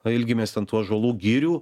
o ilgimės ten tų ąžuolų girių